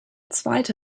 zweite